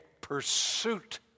pursuit